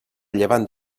llevant